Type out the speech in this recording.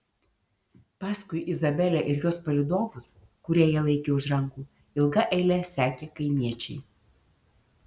paskui izabelę ir jos palydovus kurie ją laikė už rankų ilga eile sekė kaimiečiai